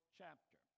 chapter